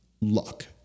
luck